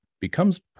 becomes